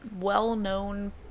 well-known